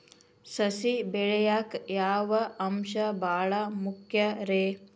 ಸಸಿ ಬೆಳೆಯಾಕ್ ಯಾವ ಅಂಶ ಭಾಳ ಮುಖ್ಯ ರೇ?